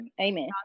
Amen